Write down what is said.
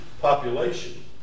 population